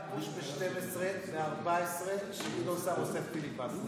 היה פוש ב-12 וב-14 שגדעון סער עושה פיליבסטר.